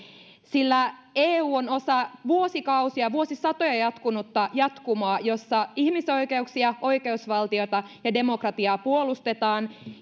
sillä eu on osa vuosikausia vuosisatoja jatkunutta jatkumoa jossa ihmisoikeuksia oikeusvaltiota ja demokratiaa puolustetaan